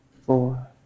four